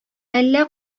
әллә